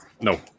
No